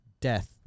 death